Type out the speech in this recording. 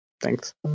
Thanks